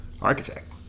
Architect